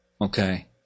okay